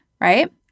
right